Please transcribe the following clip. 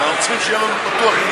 אבל אנחנו צריכים שיהיה לנו פתוח,